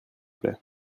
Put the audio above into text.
plait